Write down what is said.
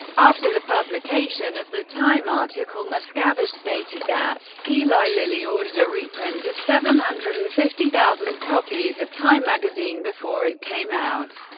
after the publication of the time article, miscavige stated that eli lilly ordered a reprint of seven hundred and fifty thousand copies of time magazine before it came out.